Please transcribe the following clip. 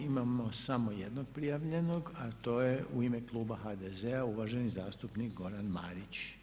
Imamo samo jednog prijavljenog a to je u ime kluba HDZ-a uvaženi zastupnik Goran Marić.